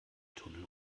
tunnel